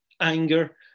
anger